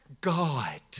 God